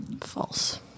False